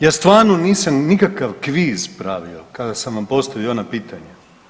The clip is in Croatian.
Ja stvarno nisam nikakav kviz pravio kada sam vam postavio ona pitanja.